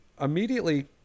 immediately